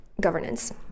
governance